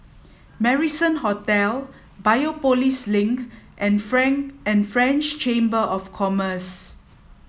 Marrison Hotel Biopolis Link and Frank and French Chamber of Commerce